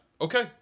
okay